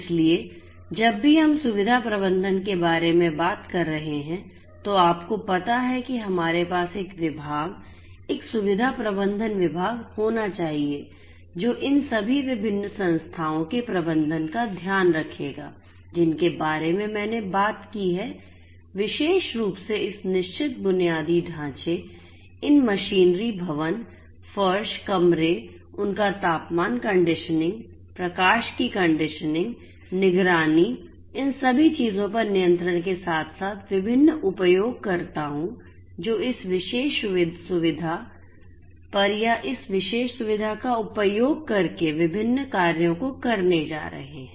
इसलिए जब भी हम सुविधा प्रबंधन के बारे में बात कर रहे हैं तो आपको पता है कि हमारे पास एक विभाग एक सुविधा प्रबंधन विभाग होना चाहिए जो इन सभी विभिन्न संस्थाओं के प्रबंधन का ध्यान रखेगा जिनके बारे में मैंने बात की है विशेष रूप से इस निश्चित बुनियादी ढांचे इन मशीनरी भवन फर्श कमरे उनका तापमान कंडीशनिंग प्रकाश कंडीशनिंग निगरानी इन सभी चीजों पर नियंत्रण के साथ साथ विभिन्न उपयोगकर्ताओं जो इस विशेष सुविधा पर या इस विशेष सुविधा का उपयोग करके विभिन्न कार्यों को करने जा रहे हैं